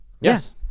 Yes